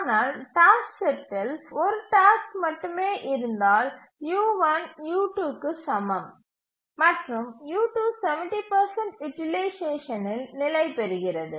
ஆனால் டாஸ்க் செட்டில் 1 டாஸ்க் மட்டுமே இருந்தால் u1 u2 க்கு சமம் மற்றும் u2 70 யூட்டிலைசேஷனில் நிலைபெறுகிறது